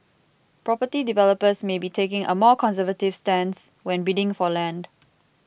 property developers may be taking a more conservative stance when bidding for land